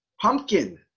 Pumpkin